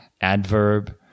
adverb